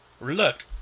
Look